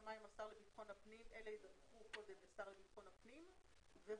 בהסכמה עם השר לביטחון הפנים אלה ידווחו קודם לשר לביטחון הפנים והוא,